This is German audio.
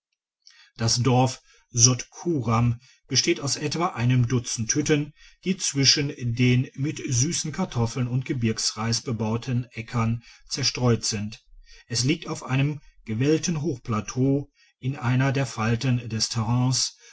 das dorf sotkuram besteht aus etwa einem dutzend hütten die zwischen den mit süssen kartoffeln und gebirgsreis bebauten aeckern zerstreut sind es liegt auf einem gewellten hochplateau in einer der palten des